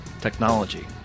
technology